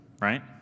right